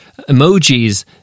emojis